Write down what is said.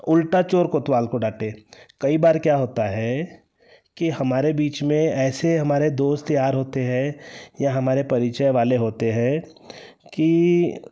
उल्टा चोर कोतवाल को डांटे कई बार क्या होता है कि हमारे बीच में ऐसे हमारे दोस्त यार होते हैं या हमारे परिचय वाले होते हैं कि